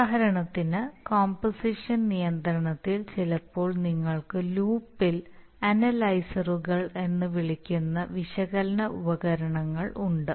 ഉദാഹരണത്തിന് കോമ്പോസിഷൻ നിയന്ത്രണത്തിൽ ചിലപ്പോൾ നിങ്ങൾക്ക് ലൂപ്പിൽ അനലൈസറുകൾ എന്ന് വിളിക്കുന്ന വിശകലന ഉപകരണങ്ങൾ ഉണ്ട്